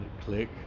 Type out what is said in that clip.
Click